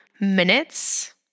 minutes